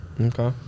okay